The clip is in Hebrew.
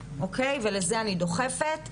אוקי ולזה אני דוחפת.